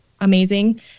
amazing